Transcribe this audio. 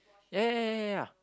ya ya ya ya ya